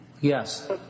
Yes